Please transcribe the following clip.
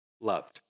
loved